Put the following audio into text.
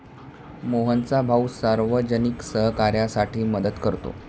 मोहनचा भाऊ सार्वजनिक सहकार्यासाठी मदत करतो